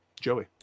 Joey